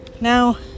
Now